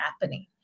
happening